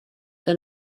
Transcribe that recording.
que